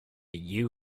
you